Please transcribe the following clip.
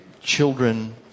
children